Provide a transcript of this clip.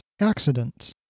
accidents